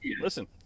listen